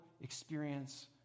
experience